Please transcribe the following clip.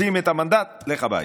שים את המנדט, לך הביתה.